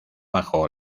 bajo